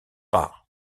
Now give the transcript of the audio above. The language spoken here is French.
rares